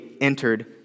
entered